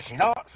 know